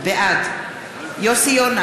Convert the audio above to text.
בעד יוסי יונה,